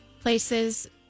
places